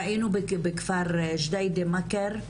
ראינו בכפר ג'דיידה מכר,